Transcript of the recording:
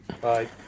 Bye